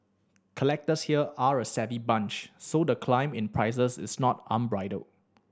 collectors here are a savvy bunch so the climb in prices is not unbridled